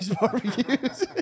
barbecues